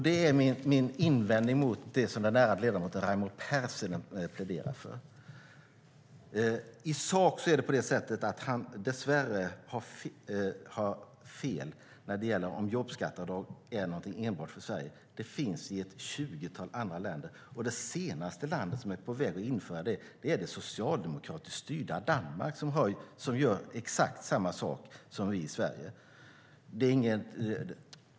Det är min invändning mot det som den ärade ledamoten Raimo Pärssinen pläderade för. I sak har han dess värre har fel när det gäller om jobbskatteavdraget är något enbart för Sverige. Det finns i ett tjugotal andra länder. Det senaste landet som är på väg att införa det är det socialdemokratiskt styrda Danmark. De gör exakt samma sak som vi i Sverige.